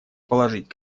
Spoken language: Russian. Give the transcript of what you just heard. положить